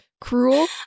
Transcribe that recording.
cruel